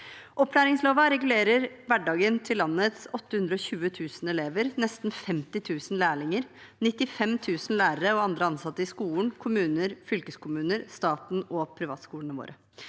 Opplæringsloven regulerer hverdagen til landets 820 000 elever, nesten 50 000 lærlinger, 95 000 lærere og andre ansatte i skolen, kommuner, fylkeskommuner, staten og privatskolene våre.